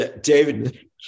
David